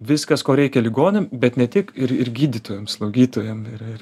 viskas ko reikia ligoniam bet ne tik ir ir gydytojam slaugytojam ir ir